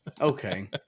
Okay